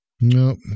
Nope